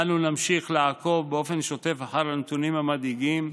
אנו נמשיך לעקוב באופן שוטף אחר הנתונים המדאיגים,